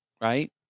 right